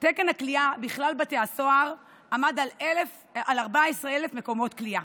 תקן הכליאה בכלל בתי הסוהר עמד על 14,000 מקומות כליאה.